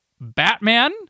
Batman